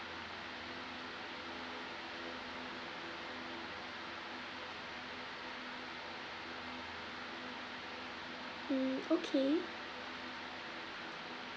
mm okay